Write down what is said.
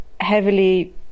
heavily